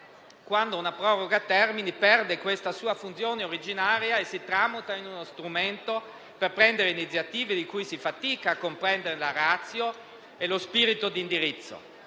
quando un proroga-termini perde questa sua funzione originaria e si tramuta in uno strumento per prendere iniziative di cui si fatica a comprenderne la *ratio* e lo spirito d'indirizzo.